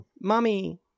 Mommy